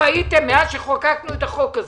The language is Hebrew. מאז שחוקקנו את החוק הזה?